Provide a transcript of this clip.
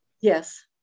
Yes